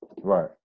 Right